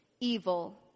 evil